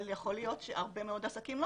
אבל יכול להיותך שהרבה מאוד עסקים לא